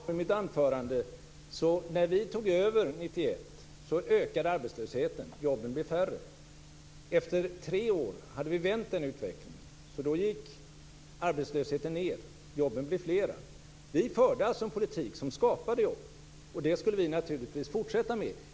Fru talman! Som jag påminde om i mitt anförande ökade arbetslösheten när vi tog över 1991, jobben blev färre. Efter tre år hade vi vänt den utvecklingen. Då gick arbetslösheten ned, jobben blev fler. Vi förde alltså en politik som skapade jobb, och det skulle vi naturligtvis fortsätta med.